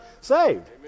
saved